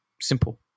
Simple